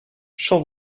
shall